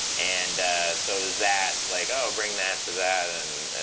and so it was that. like, i'll bring that to that. and